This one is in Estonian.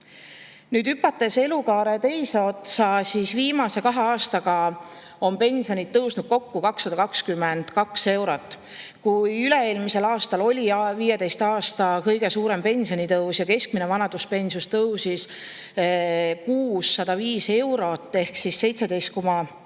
Nüüd, hüpates elukaare teise otsa, viimase kahe aastaga on pensionid tõusnud kokku 222 eurot. Kui üle-eelmisel aastal oli 15 aasta kõige suurem pensionitõus ja keskmine vanaduspension tõusis kuus 105 eurot ehk 17,6%,